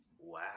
wow